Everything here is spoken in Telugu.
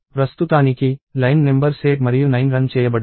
ప్రస్తుతానికి లైన్ నెంబర్స్ 8 మరియు 9 రన్ చేయబడ్డాయి